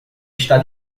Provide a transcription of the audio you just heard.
está